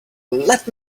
let